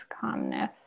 calmness